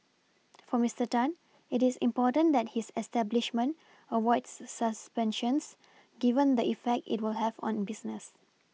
for Mister Tan it is important that his establishment avoids suspensions given the effect it will have on business